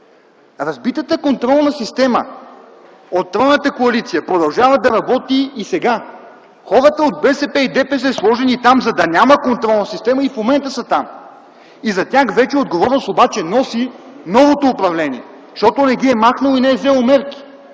разбитата контролна система от тройната коалиция продължава да работи и сега. Хората от БСП и ДПС са сложени там, за да няма контролна система и в момента са там. За тях вече носи отговорност обаче новото управление, защото не ги е махнало и не е взело мерки.